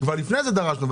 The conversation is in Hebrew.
כבר לפני כן דרשנו,